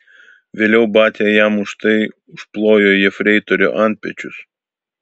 vėliau batia jam už tai užplojo jefreiterio antpečius